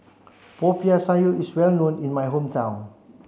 Popiah Sayur is well known in my hometown